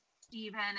Stephen